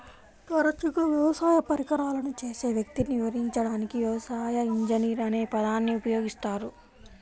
తరచుగా వ్యవసాయ పరికరాలను చేసే వ్యక్తిని వివరించడానికి వ్యవసాయ ఇంజనీర్ అనే పదాన్ని ఉపయోగిస్తారు